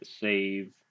save